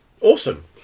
awesome